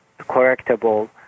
correctable